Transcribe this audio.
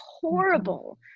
horrible